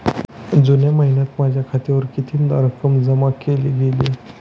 जून महिन्यात माझ्या खात्यावर कितीदा रक्कम जमा केली गेली?